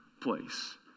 place